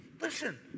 Listen